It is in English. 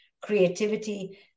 creativity